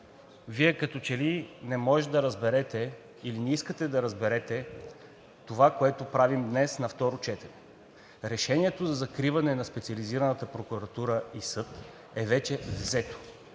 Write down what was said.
Вие като че ли не можете да разберете, или не искате да разберете това, което правим днес на второ четене. Решението за закриване на Специализираната прокуратура и съд е вече взето.